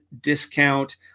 discount